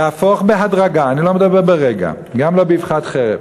להפוך בהדרגה, אני לא מדבר ברגע, גם לא באבחת חרב,